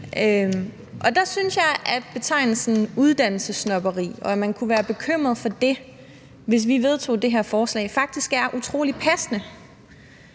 Og der synes jeg, at betegnelsen uddannelsessnobberi, og at man kunne være bekymret for det, hvis vi vedtog det her forslag, faktisk er utrolig passende.